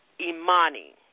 Imani